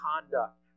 conduct